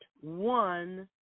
one